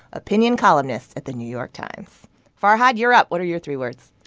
opinion columnist at the new york times farhad, you're up. what are your three words?